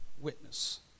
witness